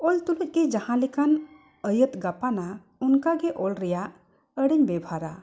ᱚᱞ ᱛᱩᱞᱩᱡ ᱜᱮ ᱡᱟᱦᱟᱸ ᱞᱮᱠᱟᱱ ᱟᱹᱭᱟᱹᱛ ᱜᱟᱯᱟᱱᱟ ᱚᱱᱠᱟ ᱜᱮ ᱚᱞ ᱨᱮᱱᱟᱜ ᱟᱲᱟᱹᱧ ᱵᱮᱵᱷᱟᱨᱟ